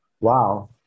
Wow